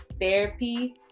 therapy